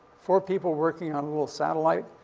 four people working on a little satellite,